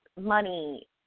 money